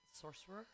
sorcerer